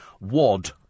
Wad